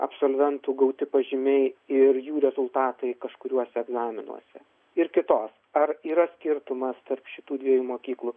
absolventų gauti pažymiai ir jų rezultatai kažkuriuose egzaminuose ir kitos ar yra skirtumas tarp šitų dviejų mokyklų